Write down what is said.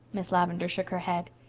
miss lavendar shook her head.